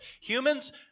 Humans